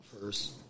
first